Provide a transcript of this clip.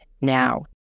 now